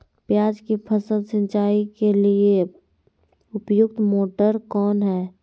प्याज की फसल सिंचाई के लिए उपयुक्त मोटर कौन है?